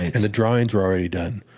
and the drawings were already done.